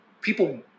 people